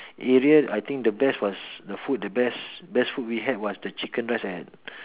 area I think the best was the food the best food we had was the chicken rice at